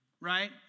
right